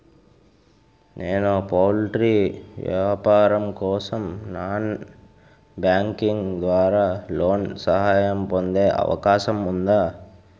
నేను పౌల్ట్రీ వ్యాపారం కోసం నాన్ బ్యాంకింగ్ ద్వారా లోన్ సహాయం పొందే అవకాశం ఉందా?